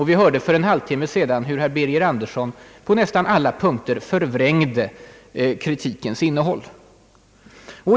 Vi hörde för en halvtimme sedan, hur herr Birger Andersson på nästan alla punkter förvrängde kritikens innehåll.